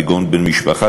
כגון בן-משפחה,